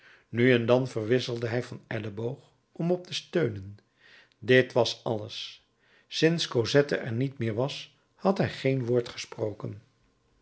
nu en dan verwisselde hij van elleboog om op te steunen dit was alles sinds cosette er niet meer was had hij geen woord gesproken